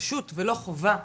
ולא חובה,